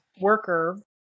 worker